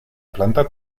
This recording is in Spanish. planta